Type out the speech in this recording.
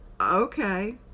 okay